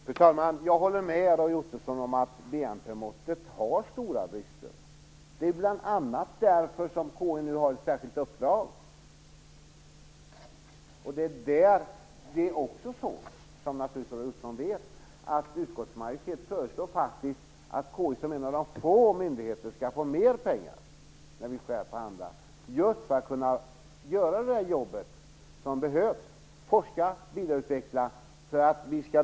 Fru talman! Jag håller med Roy Ottosson om att BNP-måttet har stora brister. Det är bl.a. därför som KI nu har ett särskilt uppdrag. Som Roy Ottosson vet föreslår utskottsmajoriteten nu också att KI som en av få myndigheter skall få mer pengar, just för att man skall kunna göra det jobb som behövs, den forskning och den vidareutveckling som är nödvändig.